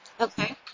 Okay